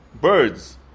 birds